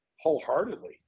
wholeheartedly